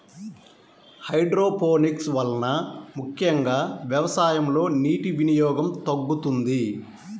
hydroponics వలన ముఖ్యంగా వ్యవసాయంలో నీటి వినియోగం తగ్గుతుంది